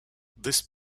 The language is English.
this